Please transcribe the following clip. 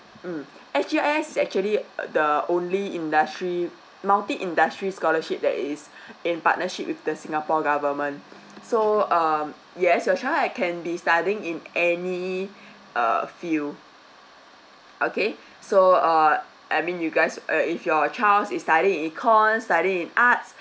mm S G I S is actually the only industry multi industry scholarship that is in partnership with the singapore government so um yes your child can be studying in any err field okay so uh I mean you guys uh if your child is studying in econ study in arts